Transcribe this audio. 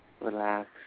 Relax